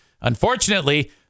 unfortunately